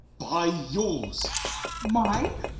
by yours mine!